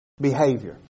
Behavior